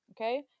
okay